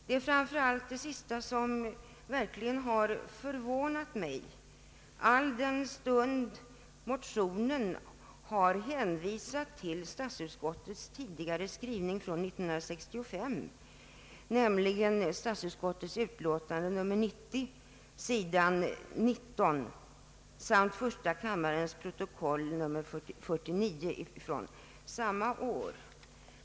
Det är framför allt det sista som har förvånat mig, alldenstund motionerna har hänvisat till statsutskottets tidigare skrivning från år 1965, nämligen i statsutskottets utlåtande nr 90, sidan 19, samt första kammarens protokoll nr 49 från samma år.